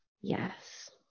yes